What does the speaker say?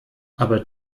aber